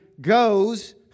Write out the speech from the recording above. goes